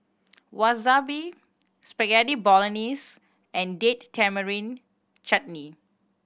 Wasabi Spaghetti Bolognese and Date Tamarind Chutney